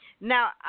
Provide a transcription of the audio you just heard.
Now